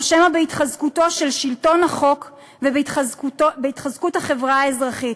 או שמא בהתחזקותו של שלטון החוק ובהתחזקות החברה האזרחית?